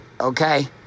okay